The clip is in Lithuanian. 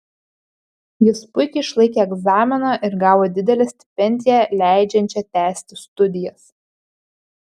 jis puikiai išlaikė egzaminą ir gavo didelę stipendiją leidžiančią tęsti studijas